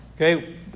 Okay